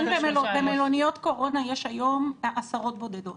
במלוניות קורונה יש היום עשרות בודדות.